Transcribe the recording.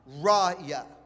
raya